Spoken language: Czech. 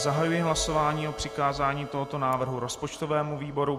Zahajuji hlasování o přikázání tohoto návrhu rozpočtovému výboru.